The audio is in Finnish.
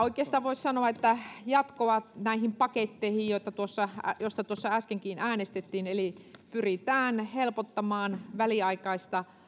oikeastaan voisi sanoa että tämä on jatkoa näihin paketteihin joista tuossa äskenkin äänestettiin eli pyritään helpottamaan väliaikaista